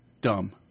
dumb